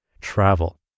travel